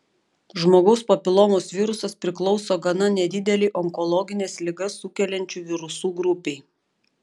žmogaus papilomos virusas priklauso gana nedidelei onkologines ligas sukeliančių virusų grupei